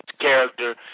character